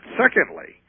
secondly